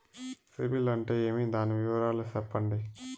సిబిల్ అంటే ఏమి? దాని వివరాలు సెప్పండి?